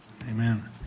Amen